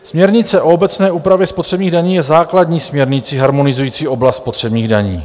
Směrnice o obecné úpravě spotřebních daní je základní směrnicí harmonizující oblast spotřebních daní.